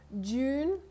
June